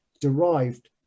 derived